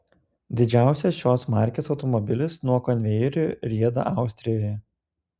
didžiausias šios markės automobilis nuo konvejerių rieda austrijoje